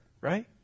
right